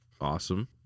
awesome